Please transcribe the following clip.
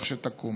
לכשתקום.